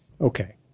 Okay